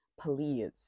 Please